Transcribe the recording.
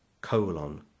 colon